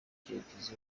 icyerekezo